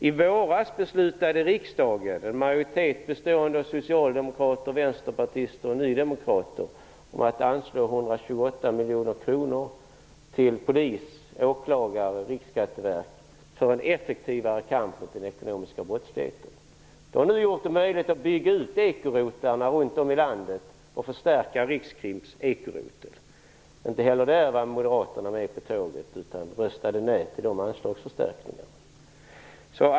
I våras beslutade riksdagen med en majoritet bestående av socialdemokrater, vänsterpartister och nydemokrater om att anslå 128 miljoner kronor till polis, åklagare och Riksskatteverket för en effektivare kamp mot den ekonomiska brottsligheten. Det har gjort det möjligt att bygga ut ekorotlarna runt om i landet och förstärka rikskriminalens ekorotel. Inte heller där var Moderaterna med på tåget, utan röstade nej till dessa anslagsförstärkningar.